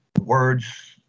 words